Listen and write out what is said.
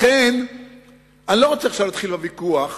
לכן אני לא רוצה עכשיו להתחיל עוד ויכוח,